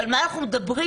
ועל מה אנחנו מדברים?